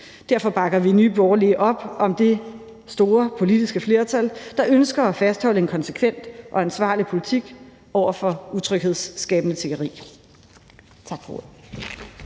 Derfor bakker vi i Nye Borgerlige op om det store politiske flertal, der ønsker at fastholde en konsekvent og ansvarlig politik over for utryghedsskabende tiggeri.